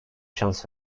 şans